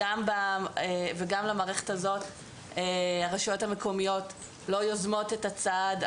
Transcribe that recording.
וגם למערכת הזאת הרשויות המקומיות לא יוזמות את הצעד.